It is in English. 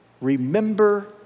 Remember